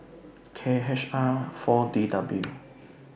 K H R four D W